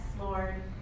Lord